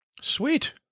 Sweet